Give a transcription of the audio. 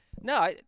No